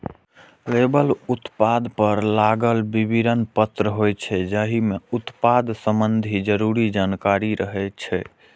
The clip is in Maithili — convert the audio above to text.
लेबल उत्पाद पर लागल विवरण पत्र होइ छै, जाहि मे उत्पाद संबंधी जरूरी जानकारी रहै छै